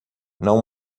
não